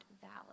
valid